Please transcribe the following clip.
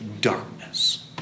Darkness